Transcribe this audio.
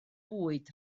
bwyd